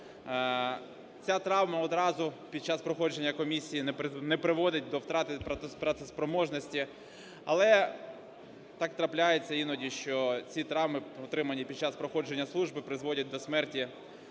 Ця травма одразу під час проходження комісії не приводить до втрати працеспроможності, але так трапляється іноді, що ці травми, отримані під час проходження служби, призводять до смерті